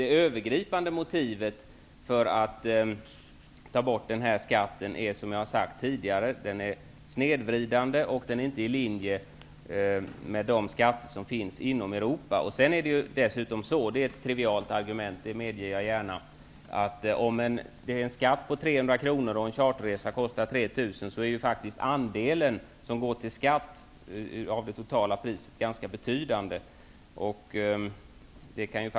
Det övergripande motivet för att ta bort den här skatten är, som jag har sagt tidigare, att den är snedvridande och ligger inte i linje med de skatter som finns inom Europa. Om en charterresa kostar 3 000 kr och skatten är 300 kr, är den andel av det totala priset som går till skatt ganska betydande. Jag medger dock gärna att det är trivialt argument.